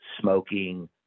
smoking